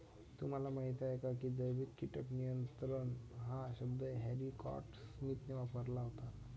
तुम्हाला माहीत आहे का की जैविक कीटक नियंत्रण हा शब्द हॅरी स्कॉट स्मिथने वापरला होता?